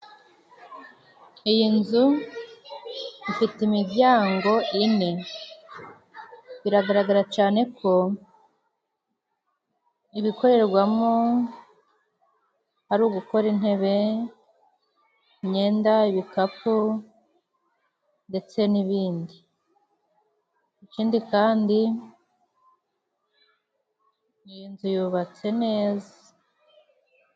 Iyi nzu ifite imiryango ine. Biragaragara cyane ko ibikorerwamo ari ugukora intebe, imyenda, ibikapu, ndetse n'ibindi. Ikindi kandi, iyi nzu yubatse neza.